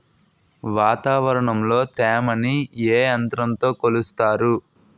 వాతావరణంలో తేమని ఏ యంత్రంతో కొలుస్తారు?